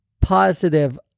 positive